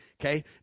okay